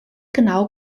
genau